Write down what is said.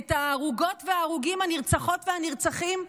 את ההרוגות וההרוגים, את הנרצחות והנרצחים,